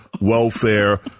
Welfare